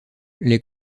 les